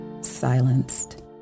silenced